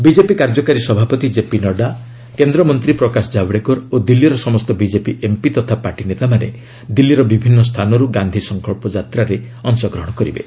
BJP କାର୍ଯ୍ୟକାରୀ ସଭାପତି KP Nadda କେନ୍ଦ୍ରମନ୍ତ୍ରୀ ପ୍ରକାଶ ଜାବ୍ଡେକର ଓ ଦିଲ୍ଲୀର ସମସ୍ତ ବିଜେପି ଏମ୍ପି ତଥା ପାର୍ଟି ନେତାମାନେ ଦିଲ୍ଲୀର ବିଭିନ୍ନ ସ୍ଥାନରୁ ଗାନ୍ଧି ସଙ୍କଳ୍ପ ଯାତ୍ରାରେ ଯୋଗଦେବେ